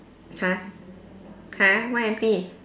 !huh! !huh! why empty